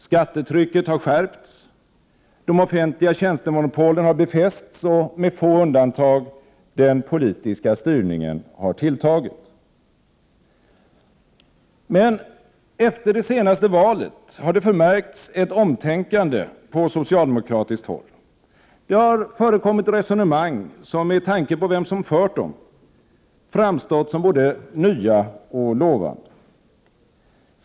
Skattetrycket har skärpts, de offentliga tjänstemonopolen har befästs och — med få undantag — den politiska styrningen har tilltagit. Men efter det senaste valet har det förmärkts ett omtänkande på socialdemokratiskt håll. Det har förekommit resonemang, som med tanke på vem som fört dem framstått som både nya och lovande.